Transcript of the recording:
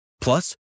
Plus